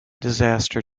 disaster